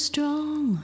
Strong